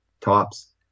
tops